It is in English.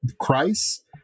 Christ